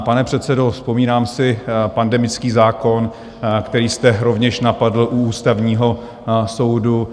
Pane předsedo, vzpomínám si, pandemický zákon, který jste rovněž napadl u Ústavního soudu.